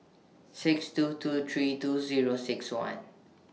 six two two three two Zero six one